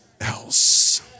else